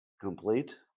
complete